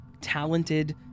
Talented